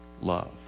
love